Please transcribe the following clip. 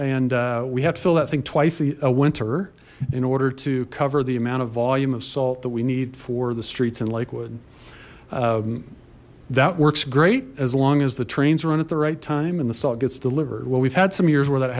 and we have to fill that thing twice a winter in order to cover the amount of volume of salt that we need for the streets in lakewood that works great as long as the trains run at the right time and the salt gets delivered well we've had some years where that